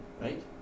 Right